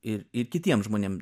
ir ir kitiem žmonėm